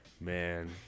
Man